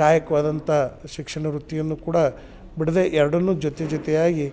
ಕಾಯಕ್ವಾದಂಥ ಶಿಕ್ಷಣ ವೃತ್ತಿಯನ್ನು ಕೂಡ ಬಿಡದೆ ಎರಡನ್ನೂ ಜೊತೆ ಜೊತೆಯಾಗಿ